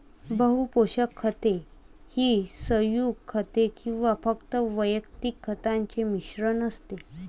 बहु पोषक खते ही संयुग खते किंवा फक्त वैयक्तिक खतांचे मिश्रण असते